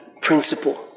principle